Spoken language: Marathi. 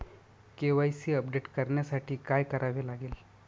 के.वाय.सी अपडेट करण्यासाठी काय करावे लागेल?